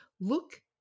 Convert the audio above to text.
look